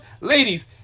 ladies